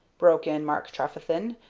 broke in mark trefethen,